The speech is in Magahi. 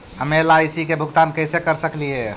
हम एल.आई.सी के भुगतान कैसे कर सकली हे?